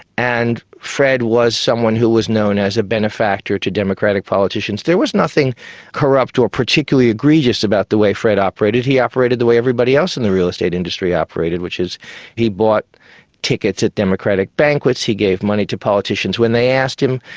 and fred was someone who was known as a benefactor to democratic politicians. there was nothing corrupt or particularly egregious about the way fred operated, he operated the way everybody else in the real estate industry operated, which is he bought tickets at democratic banquets, he gave money to politicians when they asked him.